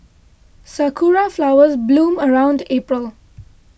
sakura flowers bloom around April